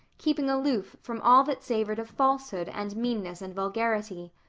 keeping aloof from all that savored of falsehood and meanness and vulgarity.